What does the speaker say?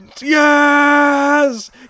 yes